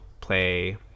play